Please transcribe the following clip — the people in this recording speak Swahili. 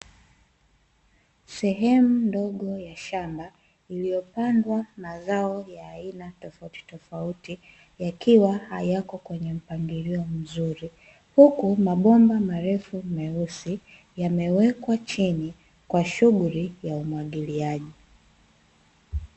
Sehemu ndogo ya shamba, iliyopandwa mazao ya aina tofauti tofauti yakiwa hayako kwenye mpangilio mzuri, huku mabomba marefu meusi yamewekwa chini kwa shughuli ya umwagiliaji.